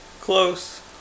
close